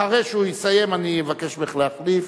אחרי שהוא יסיים אני אבקש ממך להחליף,